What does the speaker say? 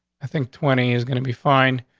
i think twenty is gonna be fine.